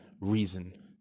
reason